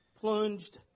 plunged